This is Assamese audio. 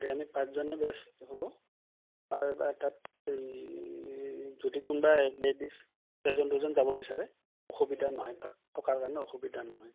এতিয়া আমি পাঁচজনে বেষ্ট হ'ব বা তাত এই যদি কোনোবা লেডিজ এজন দুজন যাব বিচাৰে অসুবিধা নহয় তাত থকাৰ কাৰণে অসুবিধা নহয়